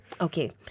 okay